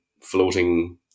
floating